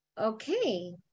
okay